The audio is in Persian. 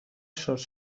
شارژ